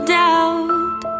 doubt